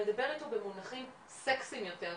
אם אני אדבר אליו במונחים סקסיים יותר,